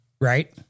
Right